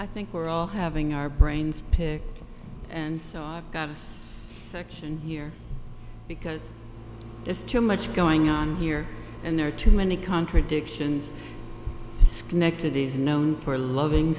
i think we're all having our brains pig and i've got a section here because it's too much going on here and there are too many contradictions connected he's known for loving